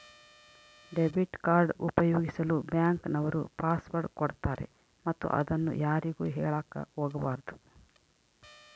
debit card ಉಪಯೋಗಿಸಲು bank ನವರು password ಕೊಡ್ತಾರೆ ಮತ್ತು ಅದನ್ನು ಯಾರಿಗೂ ಹೇಳಕ ಒಗಬಾರದು